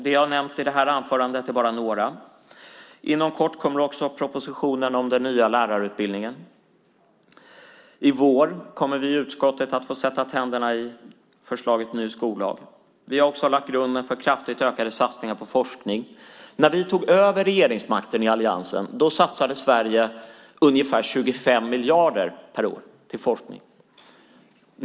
Det jag har nämnt i detta anförande är bara några. Inom kort kommer också propositionen om den nya lärarutbildningen. I vår kommer vi i utskottet att få sätta tänderna i förslaget till ny skollag. Vi har också lagt grunden för kraftigt ökade satsningar på forskning. När vi i alliansen tog över regeringsmakten satsade Sverige ungefär 25 miljarder per år på forskning.